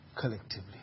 Collectively